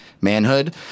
manhood